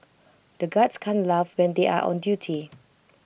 the guards can't laugh when they are on duty